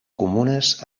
comunes